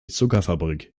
zuckerfabrik